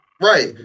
Right